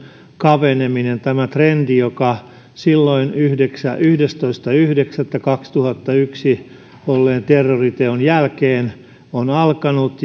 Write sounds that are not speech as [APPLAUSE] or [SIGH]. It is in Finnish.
kapeneminen tämä on trendi joka silloin yhdestoista yhdeksättä kaksituhattayksi olleen terroriteon jälkeen on alkanut [UNINTELLIGIBLE]